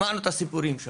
שמענו את הסיפורים שם.